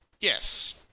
yes